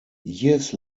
years